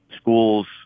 schools